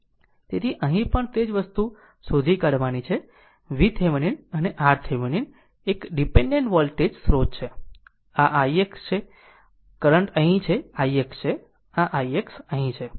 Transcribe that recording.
તેથી અહીં પણ તે જ વસ્તુ શોધી કાઢવાની છે VThevenin અને RThevenin એક ડીપેન્ડેન્ટ વોલ્ટેજ સ્ત્રોત છે આ ix છે કરંટ અહીં છે ix છે આ ix અહીં છે